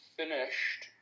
finished